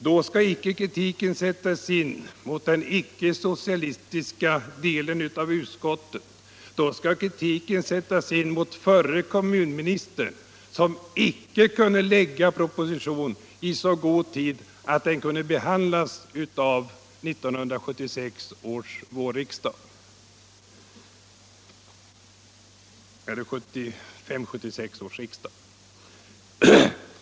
Då skall inte kritiken sättas in mot den ickesocialistiska delen av utskottet, då skall kritiken sättas in mot förre kommunministern, som icke kunde lägga fram propositionen i så god tid att den kunde behandlas på våren av 1975/76 års riksmöte.